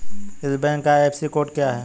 इस बैंक का IFSC code क्या है?